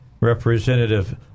Representative